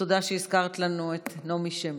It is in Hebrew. תודה שהזכרת לנו את נעמי שמר.